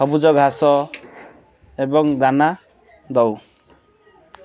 ସବୁଜ ଘାସ ଏବଂ ଦାନା ଦେଉ